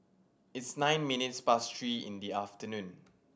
it's nine minutes past three in the afternoon